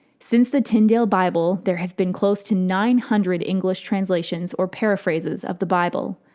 since the tyndale bible there have been close to nine hundred english translations or paraphrases of the bible.